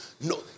No